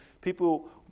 people